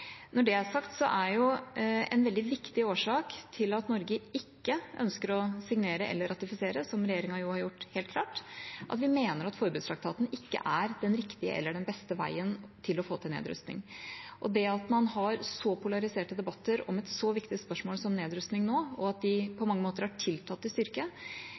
Når det er sagt, er en veldig viktig årsak til at Norge ikke ønsker å signere eller ratifisere – som regjeringa har gjort helt klart – at vi mener at forbudstraktaten ikke er den riktige eller den beste veien til å få til nedrustning. Det at man har så polariserte debatter om et så viktig spørsmål som nedrustning nå, og at de på mange måter har tiltatt i styrke,